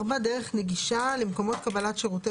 דרך נגישה מהכניסה למרפאה למקומות קבלת שירותי